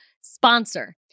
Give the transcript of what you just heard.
sponsor